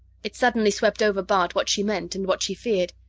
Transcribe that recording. it suddenly swept over bart what she meant and what she feared.